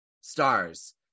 stars